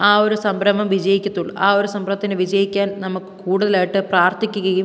ആ ഒരു സംരംഭം വിജയിക്കത്തുള്ളൂ ആ ഒരു സംരംഭത്തിന് വിജയിക്കാൻ നമുക്ക് കൂടുതലായിട്ട് പ്രാർത്ഥിക്കുകയും